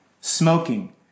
smoking